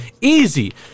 easy